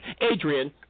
Adrian